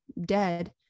dead